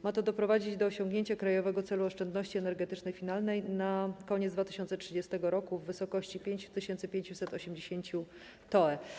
Ma to doprowadzić do osiągnięcia krajowego celu oszczędności energetycznej finalnej na koniec 2030 r. w wysokości 5580 toe.